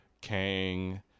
Kang